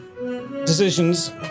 decisions